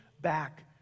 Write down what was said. back